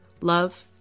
love